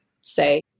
say